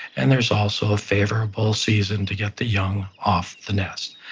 and there's also a favorable season to get the young off the nest.